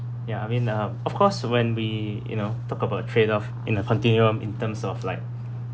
ya I mean uh of course when we you know talk about trade-off in a continuum in terms of like